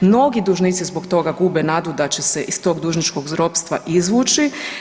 Mnogi dužnici zbog toga gube nadu da će se iz tog dužničkog ropstva izvući.